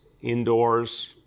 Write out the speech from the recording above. indoors